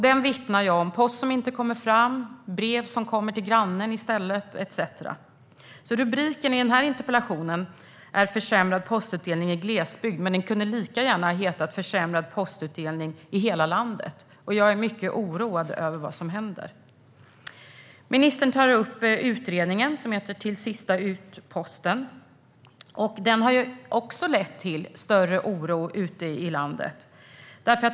Den vittnar om post som inte kommer fram, brev som kommer till grannen i stället etcetera. Rubriken för interpellationen är Försämrad postutdelning i glesbygden . Men den kunde lika gärna ha varit Försämrad postutdelning i hela landet . Jag är mycket oroad över vad som händer. Ministern tar upp utredningen som heter Till sista utposten . Den har också lett till större oro ute i landet.